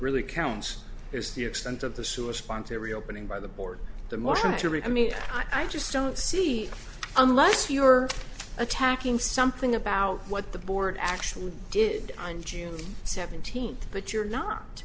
really counts is the extent of the sewer sponsored reopening by the board the most injury i mean i just don't see unless you're attacking something about what the board actually did on june seventeenth but you're not